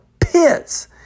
pits